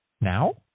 now